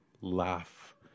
Laugh